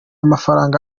mafaranga